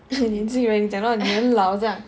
年轻人你讲到你很老这样